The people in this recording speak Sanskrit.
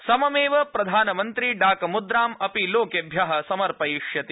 सममेव प्रधानमन्त्री डाक म्द्राम् अपि लोकेभ्य अर्पयिष्यति